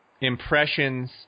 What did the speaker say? impressions